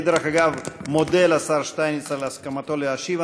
אני, דרך אגב, מודה לשר שטייניץ על הסכמתו להשיב.